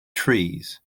trees